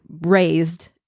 raised